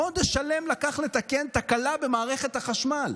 חודש שלם לקח לתקן תקלה במערכת החשמל,